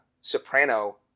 soprano